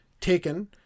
taken